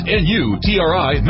n-u-t-r-i